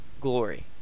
glory